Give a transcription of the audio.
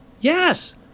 Yes